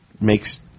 makes